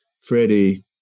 Freddie